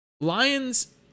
Lions